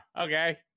Okay